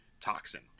toxin